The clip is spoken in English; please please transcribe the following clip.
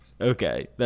Okay